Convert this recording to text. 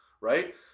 right